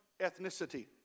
ethnicity